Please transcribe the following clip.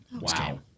Wow